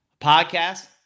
podcast